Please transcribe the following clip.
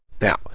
Now